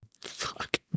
Fuck